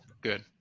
Good